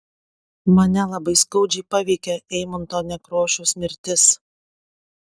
mane labai skaudžiai paveikė eimunto nekrošiaus mirtis